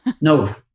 no